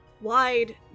wide